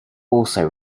also